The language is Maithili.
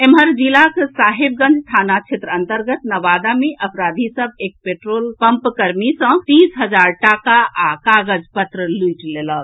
एम्हर जिलाक साहेबगंज थाना क्षेत्र अंतर्गत नवादा मे अपराधी सभ एक पेट्रोल पम्प कर्मी सँ तीस हजार टाका आ कागज पत्र लूटि लेलक